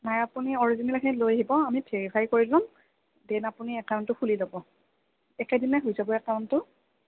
নাই আপুনি অৰিজিনেলখিনি লৈ আহিব আমি ভেৰিফাই কৰি ল'ম দেন আপুনি একাউণ্টটো খুলি ল'ব একেদিনাই হৈ যাব একাউণ্টটো